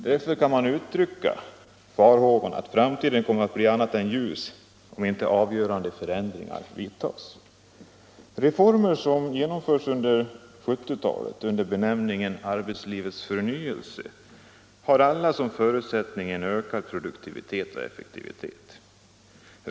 Därför kan man uttrycka farhågor för att framtiden kommer att bli allt annat än ljus, om inte avgörande förbättringar vidtas. De reformer som genomförts under 1970-talet under benämningen Arbetslivets förnyelse har alla som förutsättning en ökad produktivitet och effektivitet.